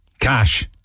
Cash